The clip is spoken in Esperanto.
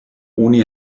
oni